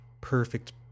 perfect